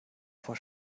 vor